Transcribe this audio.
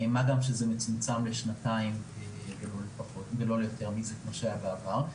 מה גם שזה מצומצם לשנתיים ולא ליותר מזה כפי שהיה בעבר.